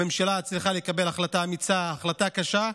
הממשלה צריכה לקבל החלטה אמיצה, החלטה קשה,